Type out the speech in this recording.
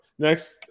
Next